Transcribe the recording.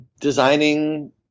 designing